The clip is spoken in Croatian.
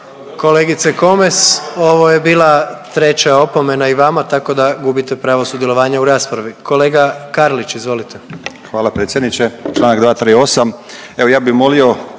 Kolegice Komes, ovo je bila treća opomena i vama, tako da gubite pravo sudjelovanja u raspravi. Kolega Karlić, izvolite. **Karlić, Mladen